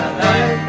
life